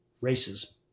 races